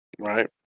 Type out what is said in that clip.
right